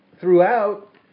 throughout